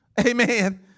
Amen